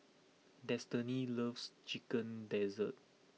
Destiny loves Chicken Gizzard